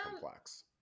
complex